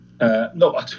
No